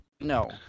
no